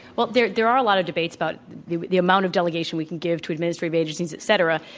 well, there there are a lot of debates about the the amount of delegation we can give to administrative agencies, et cetera,